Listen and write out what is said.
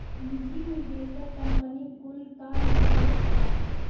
निजी निवेशक कंपनी कुल कअ निवेश हअ